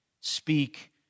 Speak